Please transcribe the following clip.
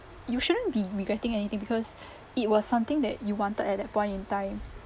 you shouldn't be regretting anything because it was something that you wanted at that point in time